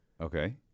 Okay